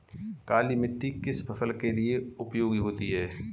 काली मिट्टी किस फसल के लिए उपयोगी होती है?